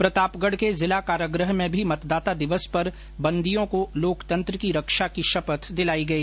प्रतापगढ के जिला कारागृह में भी मतदाता दिवस पर बंदियों को लोकतंत्र की रक्षा की शपथ दिलाई गई